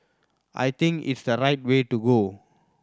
I think it's the right way to go